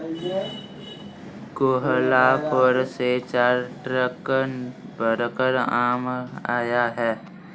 कोहलापुर से चार ट्रक भरकर आम आया है